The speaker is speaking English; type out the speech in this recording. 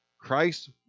Christ